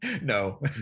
no